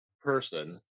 person